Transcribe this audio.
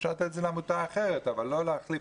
אפשר לתת את זה לעמותה אחרת אבל לא להחליף